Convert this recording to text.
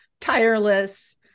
tireless